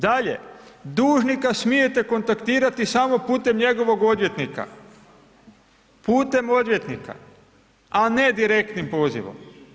Dalje, dužnika smijete kontaktirati samo putem njegovog odvjetnika, putem odvjetnika a ne direktnim pozivom.